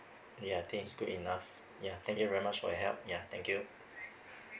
ya I think it's good enough ya thank you very much for your help yeah thank you